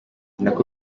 nako